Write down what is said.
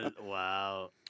Wow